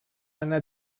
anar